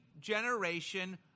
generation